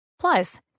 Plus